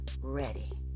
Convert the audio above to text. ready